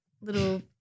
little